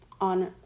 on